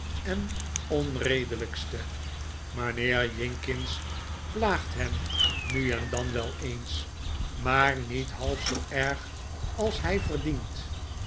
en onredelijkste mijnheer jinkins plaagt hem nu en dan wel eens maar niet half zoo erg als hij verdient